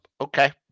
okay